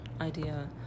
idea